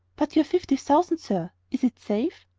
but your fifty thousand, sir. is it safe?